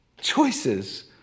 choices